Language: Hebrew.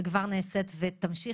שכבר נעשית ותמשיך.